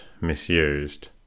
misused